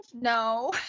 no